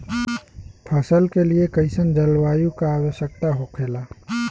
फसल के लिए कईसन जलवायु का आवश्यकता हो खेला?